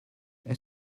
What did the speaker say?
est